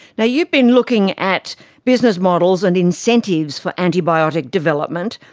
yeah you've been looking at business models and incentives for antibiotic development.